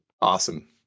Awesome